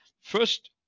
first